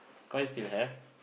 Koi still have